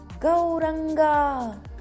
Gauranga